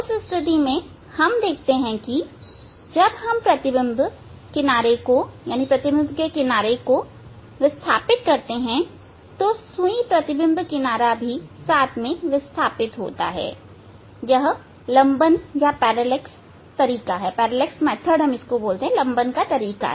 उस स्थिति में हम देखते हैं कि जब हम प्रतिबिंब किनारे को विस्थापित करते हैं तो सुई प्रतिबिंब किनारा भी साथ में विस्थापित होता है यह लंबन का तरीका है